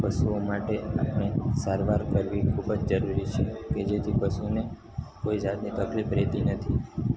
પશુઓ માટે અને સારવાર કરવી ખૂબજ જરૂરી છે કે જેથી પશુઓને કોઈ જાતની તકલીફ રહેતી નથી